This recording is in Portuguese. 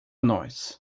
nós